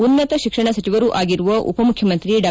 ಉನ್ನತ ಶಿಕ್ಷಣ ಸಚಿವರೂ ಆಗಿರುವ ಉಪಮುಖ್ಚಮಂತ್ರಿ ಡಾ